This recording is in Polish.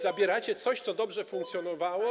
Zabieracie coś, co dobrze funkcjonowało.